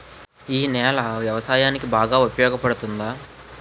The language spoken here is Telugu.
ఈ నేల వ్యవసాయానికి బాగా ఉపయోగపడుతుందా?